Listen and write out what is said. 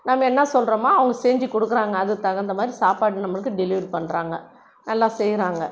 நம்ம என்ன சொல்கிறோமே அவங்க செஞ்சு கொடுக்குறாங்க அதுக்கு தகுந்தமாதிரி சாப்பாடு நம்மளுக்கு டெலிவரி பண்ணுறாங்க நல்லா செய்கிறாங்க